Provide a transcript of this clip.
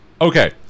Okay